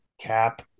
cap